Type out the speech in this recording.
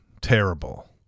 terrible